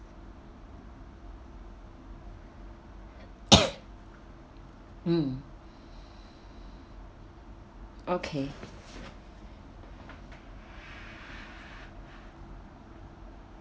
mm okay